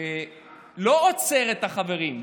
לא עוצר את החברים,